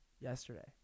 yesterday